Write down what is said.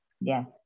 Yes